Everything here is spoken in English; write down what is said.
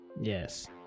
yes